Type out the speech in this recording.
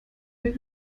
mehr